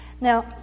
Now